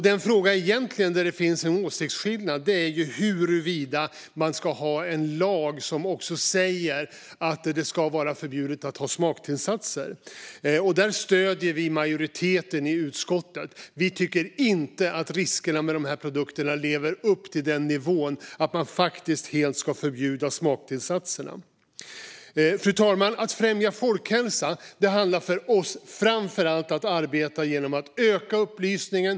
Den fråga där det egentligen finns en åsiktsskillnad gäller huruvida man ska ha en lag som säger att det ska vara förbjudet att ha smaktillsatser. Där stöder vi majoriteten i utskottet. Vi tycker inte att riskerna med de produkterna lever upp till den nivån att man helt ska förbjuda smaktillsatserna. Fru talman! Att främja folkhälsa handlar för oss framför allt om att arbeta genom att öka upplysningen.